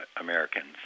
Americans